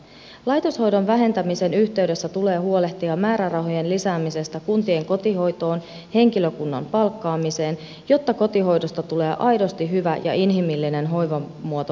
lai toshoidon vähentämisen yhteydessä tulee huolehtia määrärahojen lisäämisestä kuntien kotihoitoon henkilökunnan palkkaamiseen jotta kotihoidosta tulee aidosti hyvä ja inhimillinen hoivamuoto vanhusväestölle